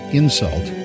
insult